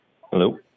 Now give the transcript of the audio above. Hello